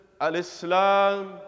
al-islam